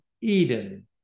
Eden